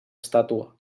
estàtua